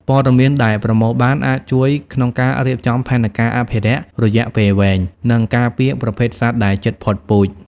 ព័ត៌មានដែលប្រមូលបានអាចជួយក្នុងការរៀបចំផែនការអភិរក្សរយៈពេលវែង និងការពារប្រភេទសត្វដែលជិតផុតពូជ។